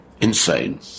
insane